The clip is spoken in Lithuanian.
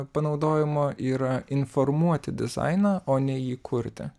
panaudojimo yra informuoti dizainą o ne jį kurti